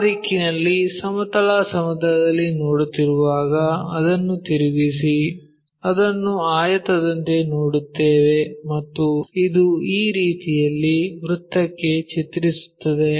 ಆ ದಿಕ್ಕಿನಲ್ಲಿ ಸಮತಲ ಸಮತಲದಲ್ಲಿ ನೋಡುತ್ತಿರುವಾಗ ಅದನ್ನು ತಿರುಗಿಸಿ ಅದನ್ನು ಆಯತದಂತೆ ನೋಡುತ್ತೇವೆ ಮತ್ತು ಇದು ಈ ರೀತಿಯಲ್ಲಿ ವೃತ್ತಕ್ಕೆ ಚಿತ್ರಿಸುತ್ತದೆ